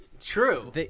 True